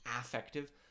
affective